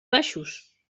baixos